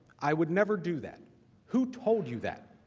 i would never do that who told you that?